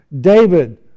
David